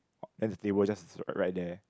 then the table just is ri~ right there